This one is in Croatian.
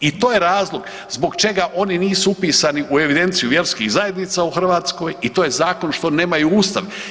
I to je razlog zbog čega oni nisu upisani u evidenciju vjerskih zajednica u Hrvatskoj i to je zakon što nemaju Ustav.